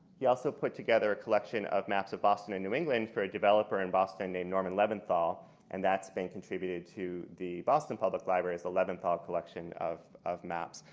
he also put together a collection of maps of boston and new england for a developer and named norman leventhal and that's been contributed to the boston public library, the leventhal collection of of maps.